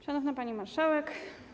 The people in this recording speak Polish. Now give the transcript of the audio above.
Szanowna Pani Marszałek!